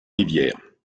rivières